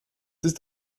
ist